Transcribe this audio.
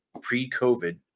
pre-COVID